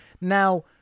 Now